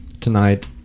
tonight